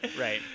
Right